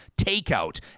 takeout